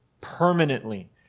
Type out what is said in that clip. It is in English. permanently